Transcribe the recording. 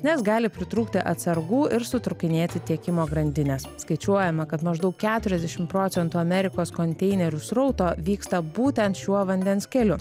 nes gali pritrūkti atsargų ir sutrūkinėti tiekimo grandinės skaičiuojama kad maždaug keturiasdešim procentų amerikos konteinerių srauto vyksta būtent šiuo vandens keliu